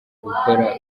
gukora